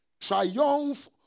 Triumph